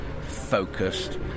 focused